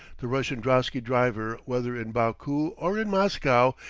the russian drosky-driver, whether in baku or in moscow,